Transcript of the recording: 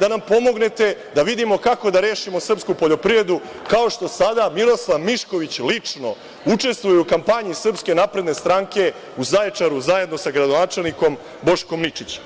da nam pomognete da vidimo kako da rešimo srpsku poljoprivredu, kao što sada Miroslav Mišković lično učestvuje u kampanji SNS u Zaječaru zajedno sa gradonačelnikom Boškom Ničićem.